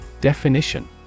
Definition